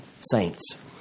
saints